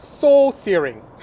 Soul-searing